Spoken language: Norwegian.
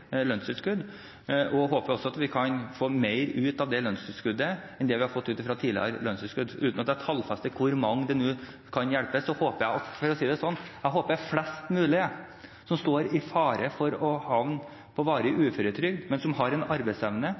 lønnstilskudd – spesielt også et varig lønnstilskudd – og håper også at vi kan få mer ut av det lønnstilskuddet enn det vi har fått ut av tidligere lønnstilskudd. Uten at jeg tallfester hvor mange det nå kan hjelpe, håper jeg at flest mulig som står i fare for å havne på varig uføretrygd, men som har en arbeidsevne,